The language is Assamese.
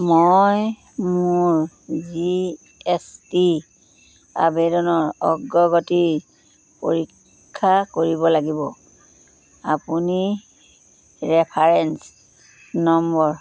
মই মোৰ জি এছ টি আবেদনৰ অগ্ৰগতি পৰীক্ষা কৰিব লাগিব আপুনি ৰেফাৰেন্স নম্বৰ